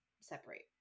separate